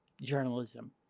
journalism